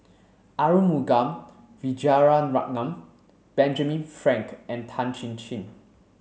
Arumugam Vijiaratnam Benjamin Frank and Tan Chin Chin